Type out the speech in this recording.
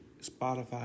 Spotify